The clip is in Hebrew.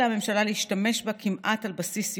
הממשלה להשתמש בה כמעט על בסיס יום-יומי,